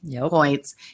points